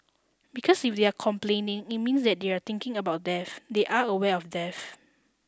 because if they are complaining it means they are thinking about death they are aware of death